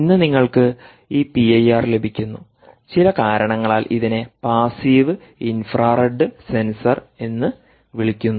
ഇന്ന് നിങ്ങൾക്ക് ഈ പിഐആർ ലഭിക്കുന്നു ചില കാരണങ്ങളാൽ ഇതിനെ പാസീവ് ഇൻഫ്രാറെഡ് സെൻസർ എന്ന് വിളിക്കുന്നു